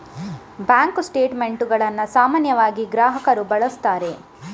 bank ಸ್ಟೇಟ್ ಮೆಂಟುಗಳನ್ನು ಸಾಮಾನ್ಯವಾಗಿ ಗ್ರಾಹಕರು ಬಳಸುತ್ತಾರೆ